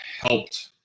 helped